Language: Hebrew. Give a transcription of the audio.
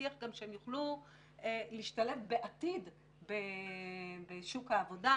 להבטיח שהם יוכלו להשתלב בעתיד בשוק העבודה,